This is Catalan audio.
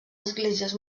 esglésies